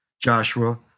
Joshua